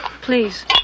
please